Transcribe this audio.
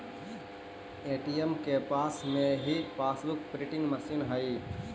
ATM के पास में ही पासबुक प्रिंटिंग मशीन हई